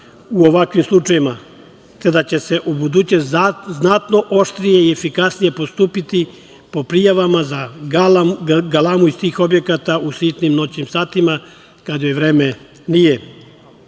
u ovakvim slučajevima kada će se u buduće znatno oštrije i efikasnije postupiti po prijavama za galamu iz tih objekata u sitnim noćnim satima kad joj vreme nije. Pored